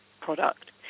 product